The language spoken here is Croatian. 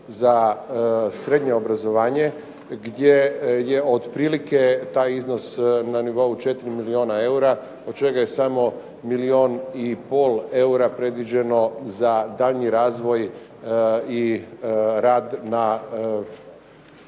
za srednje obrazovanje, gdje je otprilike taj iznos na nivou 4 milijuna eura od čega je samo milijun i pol eura predviđeno za daljnji razvoj i rad na